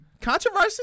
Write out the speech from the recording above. Controversy